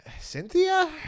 Cynthia